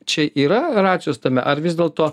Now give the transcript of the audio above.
čia yra racijos tame ar vis dėlto